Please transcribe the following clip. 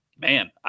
man